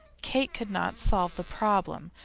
kate could not solve the problem,